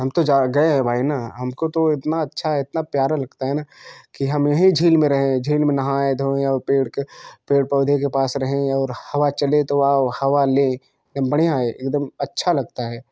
हम तो जा गए हैं भाई ना हमको तो इतना अच्छा है इतना प्यारा लगता है ना कि हम यहीं झील में रहे झील में नहाएँ धोएँ और पेड़ के पेड़ पौधे के पास रहें और हवा चले तो वाओ हवा लें बढ़िया है एकदम अच्छा लगता है